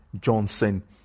johnson